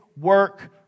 work